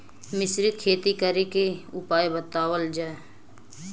मिश्रित खेती करे क उपाय बतावल जा?